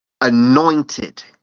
anointed